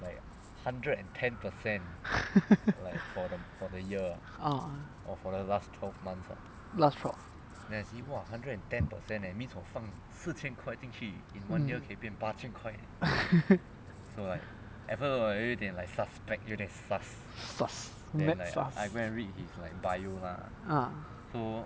ah last twelve mm sus very sus ah